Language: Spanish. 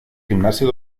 gimnasio